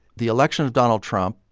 the election of donald trump,